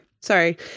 Sorry